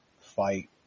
fight